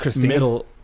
middle